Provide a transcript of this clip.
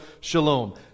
shalom